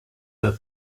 were